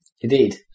Indeed